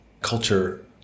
culture